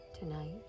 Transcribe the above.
Tonight